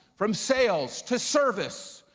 from sales, to service,